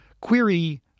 query